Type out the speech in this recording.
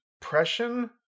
Depression